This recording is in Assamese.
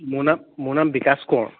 মোৰ নাম মোৰ নাম বিকাশ কোঁৱৰ